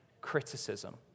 criticism